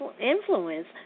influence